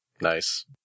Nice